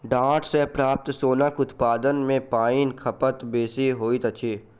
डांट सॅ प्राप्त सोनक उत्पादन मे पाइनक खपत बेसी होइत अछि